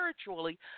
spiritually